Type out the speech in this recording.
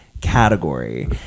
category